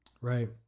right